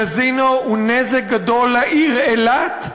קזינו הוא נזק גדול לעיר אילת,